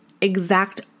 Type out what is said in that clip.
exact